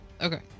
Okay